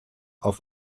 auf